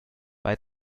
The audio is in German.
bei